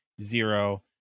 zero